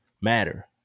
matter